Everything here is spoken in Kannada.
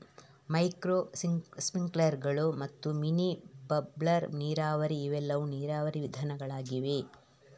ಮೈಕ್ರೋ ಸ್ಪ್ರಿಂಕ್ಲರುಗಳು ಮತ್ತು ಮಿನಿ ಬಬ್ಲರ್ ನೀರಾವರಿ ಇವೆಲ್ಲವೂ ನೀರಾವರಿ ವಿಧಾನಗಳಾಗಿವೆ